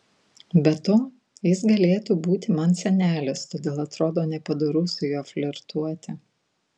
be to jis galėtų būti man senelis todėl atrodo nepadoru su juo flirtuoti